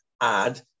add